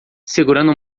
segurando